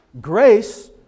Grace